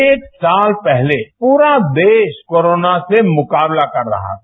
एक साल पहले पूरा देश कोरोना से मुकाबला कर रहा था